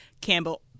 Campbell